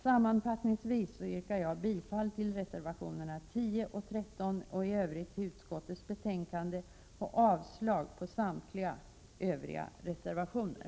Sammanfattningsvis yrkar jag bifall till reservationerna 10 och 13 och i övrigt till utskottets hemställan i betänkandet samt avslag på övriga reservationer.